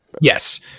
Yes